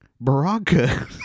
Baraka